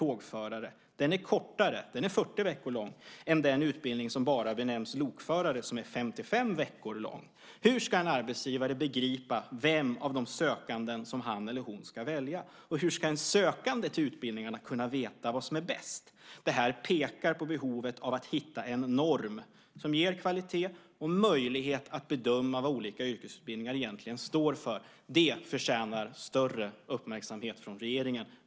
Den utbildningen är kortare, 40 veckor lång, än den utbildning som bara benämns lokförare, som är 55 veckor lång. Hur ska en arbetsgivare begripa vem av de sökande som han eller hon ska välja? Och hur ska en sökande till utbildningarna kunna veta vad som är bäst? Det här pekar på behovet att hitta en norm som ger kvalitet och möjlighet att bedöma vad olika yrkesutbildningar egentligen står för. Det förtjänar större uppmärksamhet från regeringen.